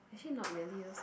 actually not really also